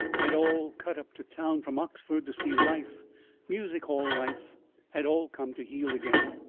had all cut up to town from oxford to see life music-hall life had all come to heel again.